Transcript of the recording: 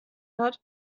hat